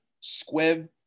squib